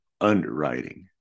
underwriting